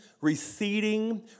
receding